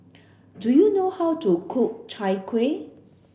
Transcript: do you know how to cook Chai Kueh